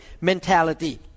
mentality